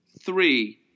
three